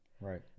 Right